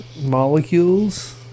molecules